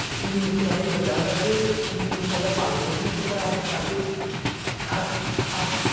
इन्नी मुशकलै उ'नें गी बड्डा करदे इन्नी मुशकलैं उन्दा पालन पोशन करदे पर अजकल्ल दे